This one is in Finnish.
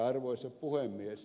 arvoisa puhemies